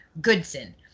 Goodson